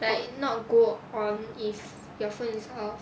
like not go on if your phone is off